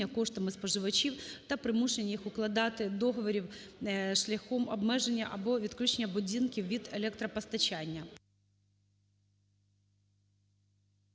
коштами споживачів та примушування їх укладання договорів шляхом обмеження або відключення будинків від електропостачання.